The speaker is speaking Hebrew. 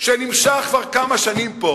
שנמשך כבר כמה שנים פה.